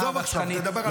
עזוב אותך, תדבר ספציפית.